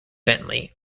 bentley